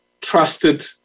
trusted